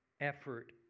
effort